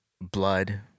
blood